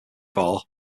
vaux